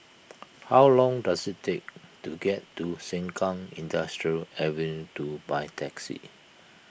how long does it take to get to Sengkang Industrial Ave two by taxi